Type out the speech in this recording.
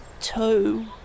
two